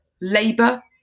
labor